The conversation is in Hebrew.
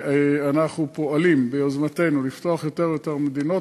אנחנו פועלים ביוזמתנו לפתוח יותר ויותר מדינות.